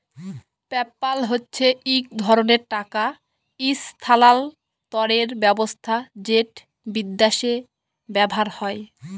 PayPal হছে ইক ধরলের টাকা ইসথালালতরের ব্যাবস্থা যেট বিদ্যাশে ব্যাভার হয়